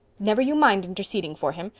never you mind interceding for him.